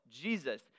Jesus